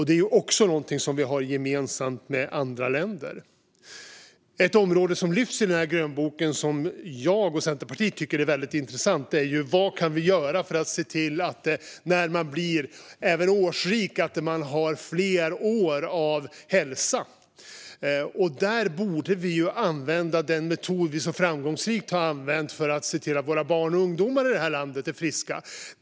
Det är också någonting som vi har gemensamt med andra länder. En fråga som lyfts fram i grönboken som jag och Centerpartiet tycker är väldigt intressant är: Vad kan vi göra för att se till att man även när man blir årsrik har fler år av hälsa? Där borde vi använda den metod som vi så framgångsrikt har använt för att se till att våra barn och ungdomar i det här landet är friska.